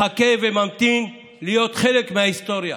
מחכה וממתין להיות חלק מההיסטוריה